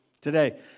Today